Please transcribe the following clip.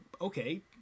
okay